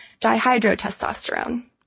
dihydrotestosterone